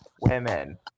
women